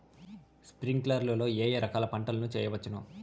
స్ప్రింక్లర్లు లో ఏ ఏ రకాల పంటల ను చేయవచ్చును?